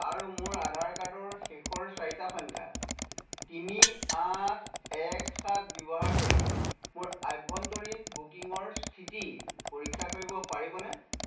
আৰু মোৰ আধাৰ কাৰ্ডৰ শেষৰ চাৰিটা সংখ্যা তিনি আঠ এক সাত ব্যৱহাৰ কৰি মোৰ আভ্যন্তৰীণ বুকিঙৰ স্থিতি পৰীক্ষা কৰিব পাৰিবনে